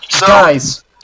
Guys